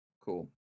Cool